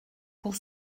pour